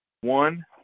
One